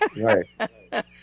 Right